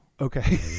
Okay